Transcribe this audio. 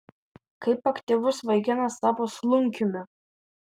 kaip aktyvus vaikinas tapo slunkiumi